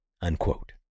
unquote